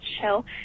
show